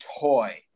toy